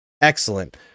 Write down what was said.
excellent